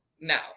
now